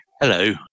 Hello